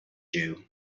jew